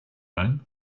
own